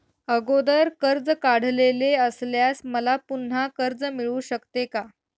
अगोदर कर्ज काढलेले असल्यास मला पुन्हा कर्ज मिळू शकते का?